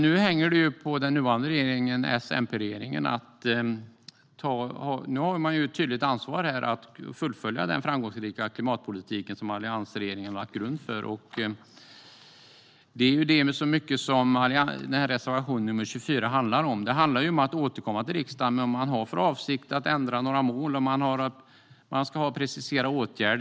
Nu har den nuvarande S-MP-regeringen ett tydligt ansvar att fullfölja den framgångsrika klimatpolitik som alliansregeringen lade grunden för, och det är mycket det som reservation nr 24 handlar om. Den handlar om att återkomma till riksdagen med om man har för avsikt att ändra några mål. Man ska precisera åtgärder.